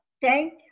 thank